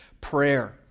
prayer